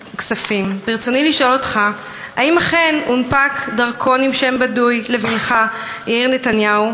ברצוני לשאול אותך: האם אכן הונפק דרכון עם שם בדוי לבנך יאיר נתניהו?